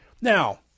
Now